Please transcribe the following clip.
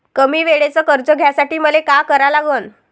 कमी वेळेचं कर्ज घ्यासाठी मले का करा लागन?